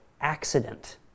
accident